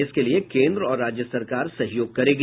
इसके लिए केन्द्र और राज्य सरकार सहयोग करेगी